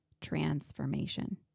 transformation